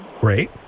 Great